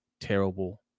terrible